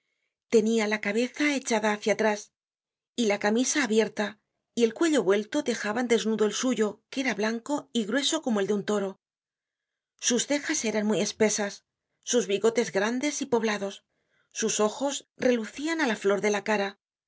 tenia la cabeza echada hácia atrás y la camisa abierta y el cuello vuelto dejaban desnudo el suyo que era blanco y grueso como el de un toro sus cejas eran muy espesas sus bigotes grandes y poblados sus ojos relucian á la flor de la cara